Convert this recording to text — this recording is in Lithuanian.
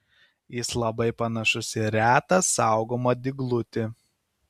jis labai panašus į retą saugomą dyglutį